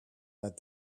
that